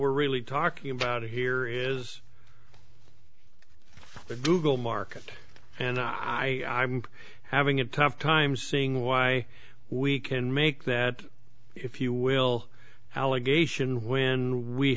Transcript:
we're really talking about here is that google market and i am having a tough time seeing why we can make that if you will allegation when we